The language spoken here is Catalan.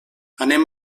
anem